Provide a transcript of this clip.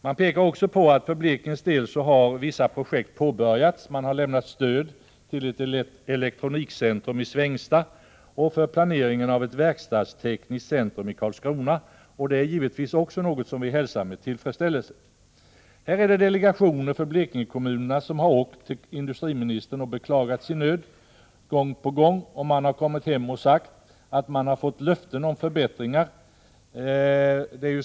Man pekar också på att det för Blekinges del har påbörjats vissa projekt, man har lämnat stöd till ett elektronikcentrum i Svängsta och för planeringen av ett verkstadstekniskt centrum i Karlskrona. Och det är givetvis också något som vi hälsar med tillfredsställelse. Delegationen för Blekingekommunerna har gång på gång åkt till industriministern och klagat sin nöd. Och man har kommit hem och sagt att man har fått löften om förbättringar.